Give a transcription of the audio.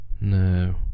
No